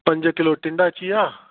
पंज किलो टिंडा अची विया